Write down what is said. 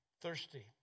thirsty